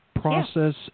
process